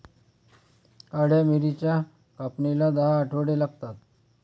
काळ्या मिरीच्या कापणीला दहा आठवडे लागतात